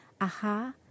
Aha